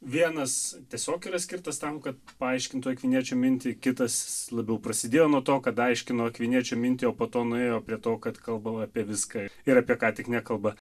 vienas tiesiog yra skirtas tam kad paaiškintų akviniečio mintį kitas labiau prasidėjo nuo to kad aiškino akviniečio mintį o po to nuėjo prie to kad kalbama apie viską ir apie ką tik nekalba